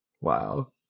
Wow